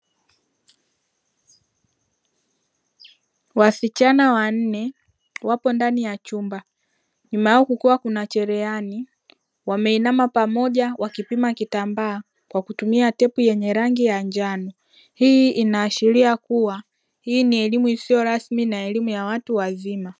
Wasichana wanne wapo ndani ya chumba, nyuma yao kukiwa kuna cherehani; wameinama pamoja wakipima kitambaa kwa kutumia tepu ya rangi ya njano. Hii inaashiria kuwa hii ni elimu isiyo rasmi na elimu ya watu wazima.